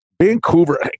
Vancouver